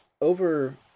Over